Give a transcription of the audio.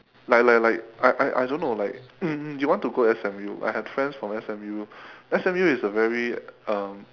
like like like I I I don't know like you want to go S_M_U I have friends from S_M_U S_M_U is a very um